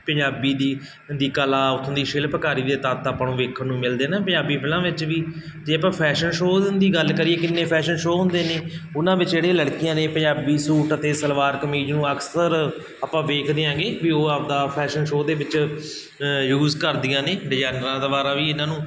ਪੰਜਾਬੀ ਦੀ ਦੀ ਕਲਾ ਉੱਥੋਂ ਦੀ ਸ਼ਿਲਪਕਾਰੀ ਦੇ ਤੱਤ ਆਪਾਂ ਨੂੰ ਵੇਖਣ ਨੂੰ ਮਿਲਦੇ ਆ ਨਾ ਪੰਜਾਬੀ ਫਿਲਮਾਂ ਵਿੱਚ ਵੀ ਜੇ ਆਪਾਂ ਫੈਸ਼ਨ ਸ਼ੋਆਂ ਦੀ ਗੱਲ ਕਰੀਏ ਕਿੰਨੇ ਫੈਸ਼ਨ ਸ਼ੋਅ ਹੁੰਦੇ ਨੇ ਉਹਨਾਂ ਵਿੱਚ ਜਿਹੜੇ ਲੜਕੀਆਂ ਨੇ ਪੰਜਾਬੀ ਸੂਟ ਅਤੇ ਸਲਵਾਰ ਕਮੀਜ ਨੂੰ ਅਕਸਰ ਆਪਾਂ ਵੇਖਦੇ ਹੈਗੇ ਵੀ ਉਹ ਆਪਦਾ ਫੈਸ਼ਨ ਸ਼ੋਅ ਦੇ ਵਿੱਚ ਯੂਜ਼ ਕਰਦੀਆਂ ਨੇ ਡਿਜ਼ਾਇਨਰਾਂ ਦੁਆਰਾ ਵੀ ਇਹਨਾਂ ਨੂੰ